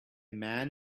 man